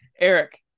Eric